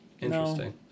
Interesting